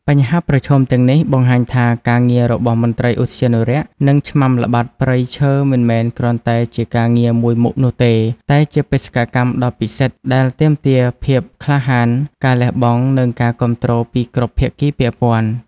បញ្ហាប្រឈមទាំងនេះបង្ហាញថា ការងាររបស់មន្ត្រីឧទ្យានុរក្ស និងឆ្មាំល្បាតព្រៃឈើ មិនមែនគ្រាន់តែជាការងារមួយមុខនោះទេ តែជាបេសកកម្មដ៏ពិសិដ្ឋដែលទាមទារភាពក្លាហាន ការលះបង់ និងការគាំទ្រពីគ្រប់ភាគីពាក់ព័ន្ធ។